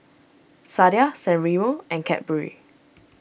Sadia San Remo and Cadbury